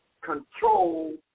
control